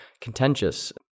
contentious